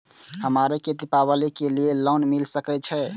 हमरा के दीपावली के लीऐ लोन मिल सके छे?